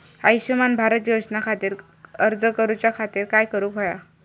आयुष्यमान भारत योजने खातिर अर्ज करूच्या खातिर काय करुक होया?